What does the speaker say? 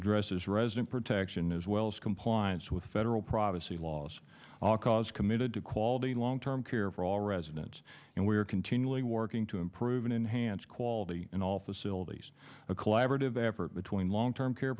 addresses resident protection as well as compliance with federal privacy laws cause committed to quality long term care for all residents and we are continually working to improve and enhance quality in all facilities a collaborative effort between long term care